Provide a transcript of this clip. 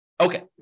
Okay